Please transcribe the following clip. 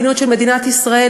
מה המדיניות של מדינת ישראל.